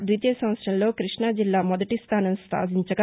ద్వితీయ సంవత్సరంలో క్బష్టాజిల్లా మొదటి స్థానం సాధించగా